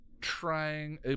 trying